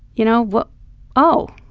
you know, what oh